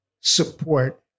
support